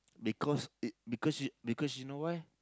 because it because you because you know why